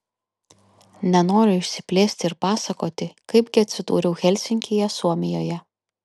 nenoriu išsiplėsti ir pasakoti kaip gi atsidūriau helsinkyje suomijoje